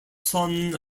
son